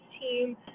team